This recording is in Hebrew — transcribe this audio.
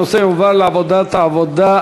הנושא הועבר לוועדת העבודה,